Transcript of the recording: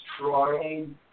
trying